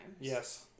Yes